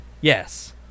Yes